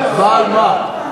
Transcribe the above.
הצבעה על מה?